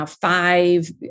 five